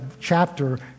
chapter